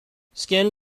skin